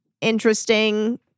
interesting